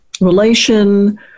relation